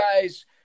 guys